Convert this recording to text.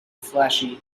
flashy